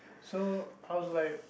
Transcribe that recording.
so I was like